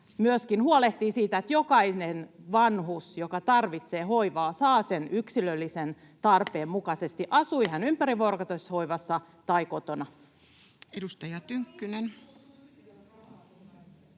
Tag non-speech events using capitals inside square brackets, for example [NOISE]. myöskin huolehtii siitä, että jokainen vanhus, joka tarvitsee hoivaa, saa sen yksilöllisen tarpeen mukaisesti, [NOISE] asui hän ympärivuorokautisessa hoivassa tai kotona. [Krista Kiuru: